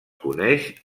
coneix